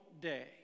day